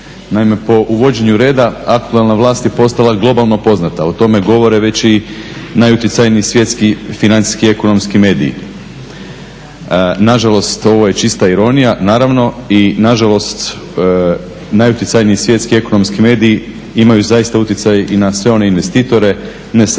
Naime, po uvođenju reda aktualna vlast je postala globalno poznata. O tome govore već i najutjecajniji svjetskih financijskih i ekonomski mediji. Nažalost ovo je čista ironija, naravno i nažalost najutjecajniji svjetski ekonomski mediji imaju zaista utjecaj i na sve one investitore ne smo